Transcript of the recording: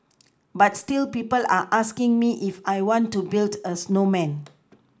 but still people are asking me if I want to build a snowman